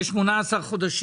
לפיו יהיו 18 חודשים,